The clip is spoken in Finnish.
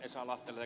kannatan ed